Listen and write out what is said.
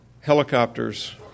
helicopters